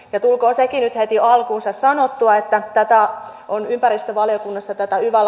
tulkoon sekin nyt heti jo alkuunsa sanottua että ympäristövaliokunnassa tätä yva